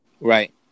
Right